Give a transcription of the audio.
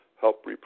help